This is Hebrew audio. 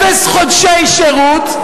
אפס חודשי שירות,